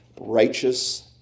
righteous